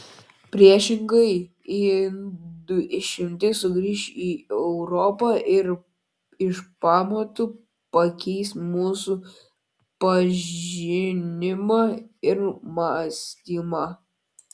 priešingai indų išmintis sugrįš į europą ir iš pamatų pakeis mūsų pažinimą ir mąstymą